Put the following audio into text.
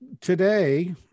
Today